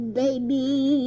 baby